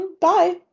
bye